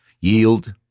yield